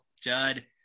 Judd